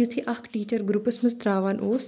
یِتھُے اَکھ teacher groups منز تراوان اوس